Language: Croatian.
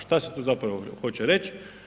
Šta se tu zapravo hoće reć?